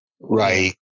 Right